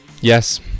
Yes